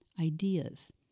ideas